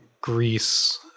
Greece